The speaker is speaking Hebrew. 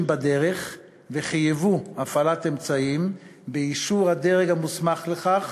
בדרך וחייבו הפעלת אמצעים באישור הדרג המוסמך לכך,